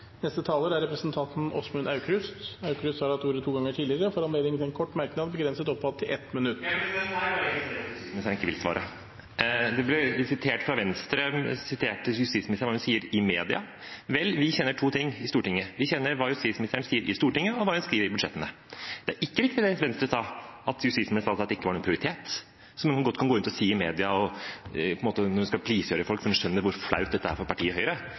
Representanten Åsmund Aukrust har hatt ordet to ganger tidligere og får ordet til en kort merknad, begrenset til 1 minutt. Det er jo bare å registrere at justisministeren ikke vil svare. Det ble sitert fra Venstre hva justisministeren sier i media. Vel, vi kjenner to ting i Stortinget, vi kjenner hva justisministeren sier i Stortinget, og hva hun skriver i budsjettene. Det er ikke riktig det Venstre sa, at justisministeren sa at det ikke var noen prioritet, som hun godt kan gå ut og si i media og når hun skal please folk, fordi hun skjønner hvor flaut dette er for partiet Høyre.